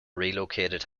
relocated